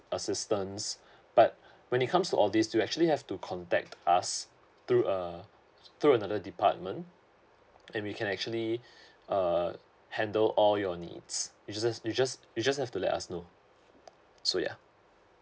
assistance but when it comes to all these you actually have to contact us through err through another department and we can actually err handle all your needs you just you just you just have to let us know so yeah